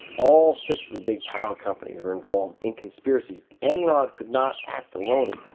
all six of the big power companies were involved in conspiracies. enron could not act alone.